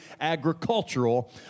agricultural